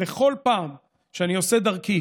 בכל פעם שאני עושה דרכי